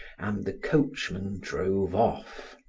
and the coachman drove off.